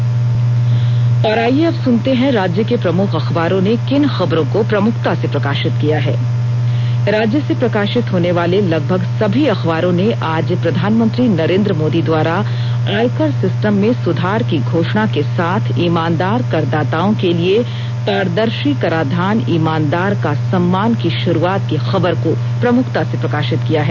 अखबारों की सुर्खियां आईये अब सुनते हैं राज्य के प्रमुख अखबारों ने किन खबरों को प्रमुखता से प्रकाशित किया है राज्य से प्रकाशित होने वाले लगभग सभी अखबारों ने आज प्रधानमंत्री नरेंद्र मोदी द्वारा आयकर सिस्टम में सुधार की घोषणा के साथ ईमानदार करदाताओं के लिए पारदर्शी कराधान ईमानदार का सम्मान की शुरूआत की खबर को प्रमुखता से प्रकाशित किया है